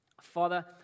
Father